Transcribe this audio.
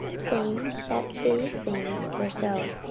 saying that these things were so.